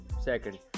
Second